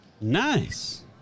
Nice